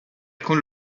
con